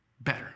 better